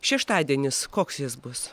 šeštadienis koks jis bus